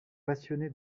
passionné